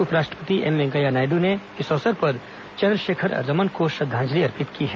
उपराष्ट्रपति एम वैंकेया नायडू ने इस अवसर पर चन्द्रशेखर रमन को श्रद्धांजलि अर्पित की है